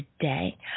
today